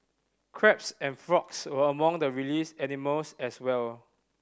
crabs and frogs were among the released animals as well